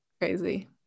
crazy